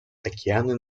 океаны